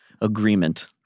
agreement